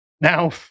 Now